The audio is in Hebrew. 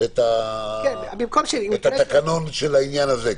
את התקנון של העניין הזה.